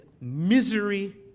misery